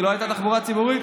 כי לא הייתה תחבורה ציבורית.